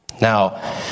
Now